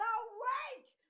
awake